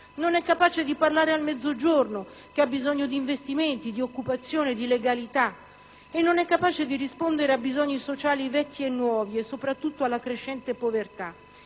Non è capace di parlare al Mezzogiorno, che ha bisogno di investimenti, di occupazione, di legalità. E non è capace di rispondere a bisogni sociali vecchi e nuovi e soprattutto alla crescente povertà.